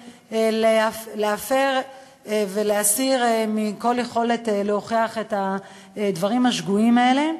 להפר ולהסיר כל יכולת להוכיח את הדברים השגויים האלה.